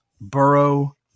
Burrow-